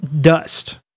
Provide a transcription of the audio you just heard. dust